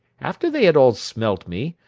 after they had all smelt me,